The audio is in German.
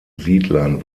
siedlern